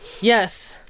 Yes